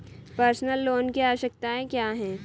Personal loan की आवश्यकताएं क्या हैं?